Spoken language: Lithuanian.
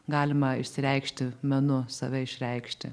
galima išsireikšti menu save išreikšti